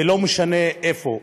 ולא משנה איפה.